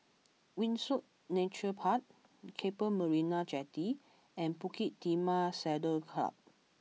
Windsor Nature Park Keppel Marina Jetty and Bukit Timah Saddle club